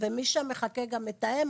ומי שמחכה גם מתאם.